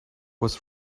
was